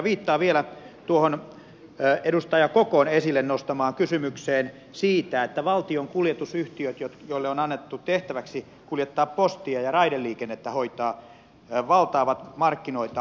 viittaan vielä tuohon edustaja kokon esille nostamaan kysymykseen siitä että valtion kuljetusyhtiöt joille on annettu tehtäväksi kuljettaa postia ja hoitaa raideliikennettä valtaavat markkinoita maantiekuljetusaloilla